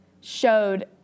showed